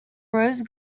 rose